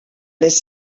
les